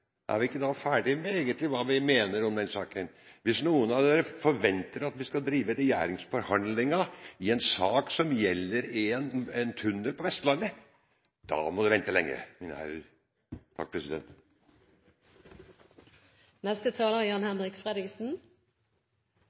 med hva vi mener om den saken? Hvis noen av dere forventer at vi skal drive regjeringsforhandlinger i en sak som gjelder en tunnel på Vestlandet, må dere vente lenge, mine herrer. Ja, la oss virkelig håpe at mandagen etter valget blir en riktig god og blå mandag! Det er